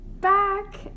back